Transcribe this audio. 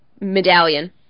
medallion